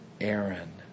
Aaron